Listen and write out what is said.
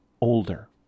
older